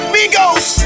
Migos